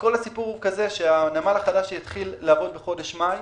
כל הסיפור הוא כזה שהנמל החדש יתחיל לעבוד במאי,